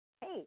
hey